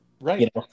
Right